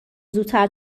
زودتر